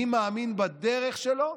מי מאמין בדרך שלו,